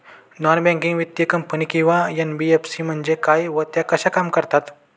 Non banking वित्तीय company किंवा NBFC म्हणजे काय व त्या कशा काम करतात?